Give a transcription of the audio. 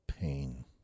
pain